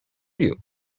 you